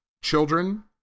children